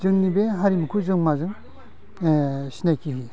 जोंनि बे हारिमुखौ जों माजों सिनाकि होयो